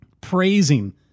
praising